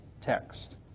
text